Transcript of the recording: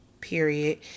period